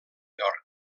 york